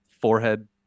forehead